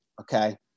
Okay